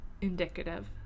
indicative